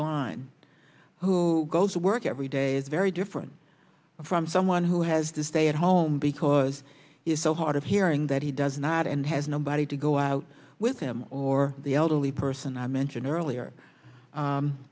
blind who goes to work every day is very different from someone who has to stay at home because he is so hard of hearing that he does not and has nobody to go out with him or the elderly person i mentioned earlier